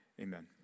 Amen